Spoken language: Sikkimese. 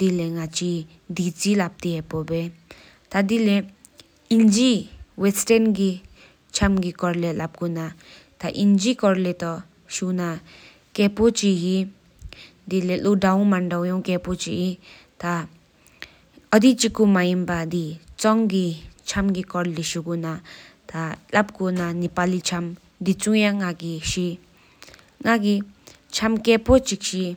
ཐ་ཞོ་སྐོར་ལས་ཆོས་མན་པ་བྱང་གི་ཆམ་གི་སྐོར་ལས་ལབ་གོ་ན་ང་གི་ཆོས་གི་ཆམ་ཆུ་ཡ་ཤི་བ། ཞོ་ཤེས་ར་ང་གི་ཆོས་མོལ་ཏོ་གཅེས་པོ་གཅིག་ཤེས།